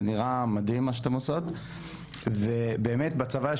זה נראה מדהים מה שאתן עושות ובאמת בצבא יש